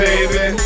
Baby